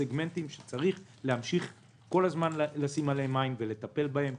סגמנטים שצריך כל הזמן לשים עליהם עין ולטפל בהם.